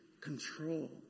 control